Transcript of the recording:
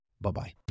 Bye-bye